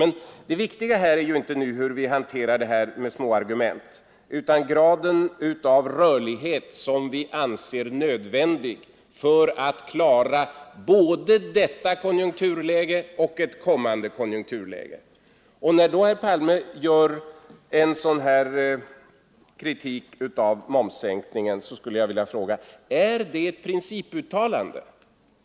Men det viktiga är inte hur vi hanterar det här med småargument, utan graden av rörlighet som vi anser nödvändig för att klara både detta konjunkturläge och ett kommande konjunkturläge. När då herr Palme kommer med en sådan kritik av momssänkningen skulle jag vilja fråga: Är det ett principuttalande?